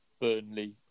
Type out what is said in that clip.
Burnley